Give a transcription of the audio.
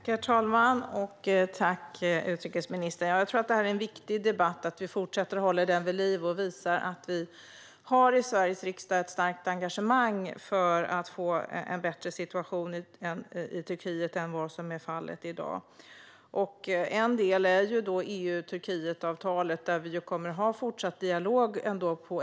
Herr talman! Jag tackar utrikesministern. Jag tror att det är viktigt att vi fortsätter att hålla denna debatt vid liv och visar att vi i Sveriges riksdag har ett starkt engagemang för att få en bättre situation i Turkiet än vad som är fallet i dag. En del är EU-Turkiet-avtalet, där vi kommer att ha en fortsatt dialog.